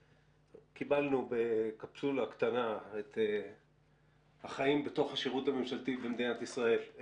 קיבלנו בקפסולה קטנה את החיים בתוך השירות הממשלתי במדינת ישראל.